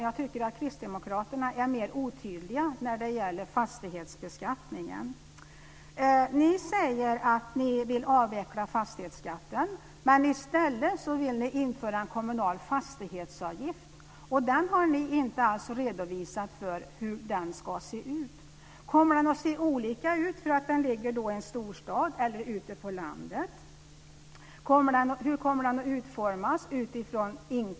Jag tycker att Kristdemokraterna är mer otydliga när det gäller fastighetsbeskattningen. Ni säger att ni vill avveckla fastighetsskatten. I stället vill ni införa en kommunal fastighetsavgift. Men ni har inte alls redovisat hur den ska se ut. Kommer den att se olika ut beroende på om fastigheten ligger i en storstad eller ute på landet? Hur kommer avgiften att utformas?